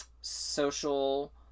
social